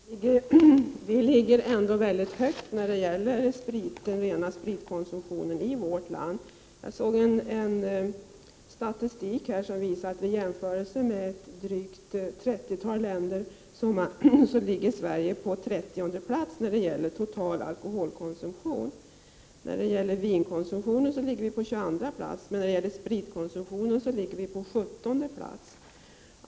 Herr talman! Vi ligger ändå väldigt högt när det gäller spritkonsumtionen i vårt land. Jag såg en statistik där man har jämfört ett 30-tal länder. Sverige ligger på 30:e plats när det gäller total alkoholkonsumtion. När det gäller vinkonsumtion ligger vi på 22:a plats. Beträffande spritkonsumtion ligger vi på 17:e plats.